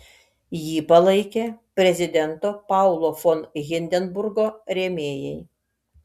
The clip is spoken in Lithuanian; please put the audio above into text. jį palaikė prezidento paulo von hindenburgo rėmėjai